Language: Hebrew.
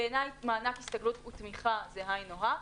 בעיני מענק הסתגלות ותמיכה זה היינו הך.